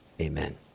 amen